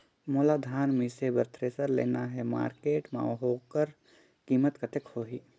मोला धान मिसे बर थ्रेसर लेना हे मार्केट मां होकर कीमत कतेक होही?